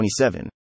27